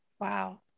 Wow